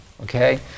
Okay